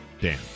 Dan